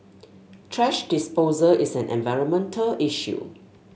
thrash disposal is an environmental issue